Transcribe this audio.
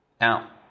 now